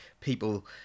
people